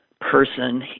person